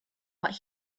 what